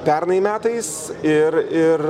pernai metais ir ir